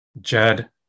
Jed